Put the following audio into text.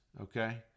okay